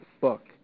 book